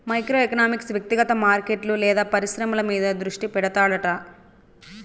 micro economics వ్యక్తిగత మార్కెట్లు లేదా పరిశ్రమల మీద దృష్టి పెడతాడట